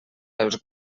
els